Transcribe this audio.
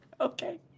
Okay